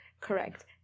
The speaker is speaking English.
correct